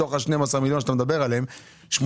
מתוך ה-12 מיליון שאתה מדבר עליהם 8